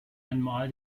einmal